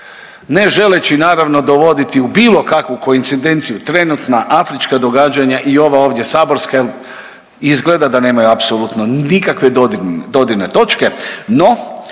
ne želeći naravno dovoditi u bilo kakvu koincidenciju trenutna afrička događanja i ova ovdje saborska izgleda da nemaju apsolutno nikakve dodirne točke, no